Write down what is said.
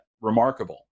remarkable